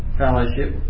fellowship